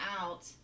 out